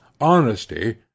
honesty